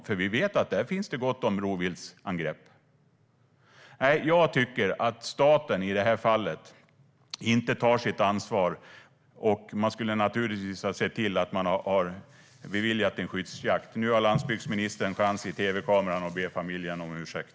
Vi vet att det där finns gott om rovviltsangrepp. Jag tycker att staten i det här fallet inte tar sitt ansvar. Man skulle naturligtvis ha beviljat en skyddsjakt. Nu har landsbygdsministern chans i tv-kameran att be familjen om ursäkt.